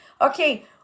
okay